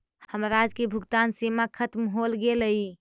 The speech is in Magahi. हमर आज की भुगतान सीमा खत्म हो गेलइ